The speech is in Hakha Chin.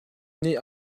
nih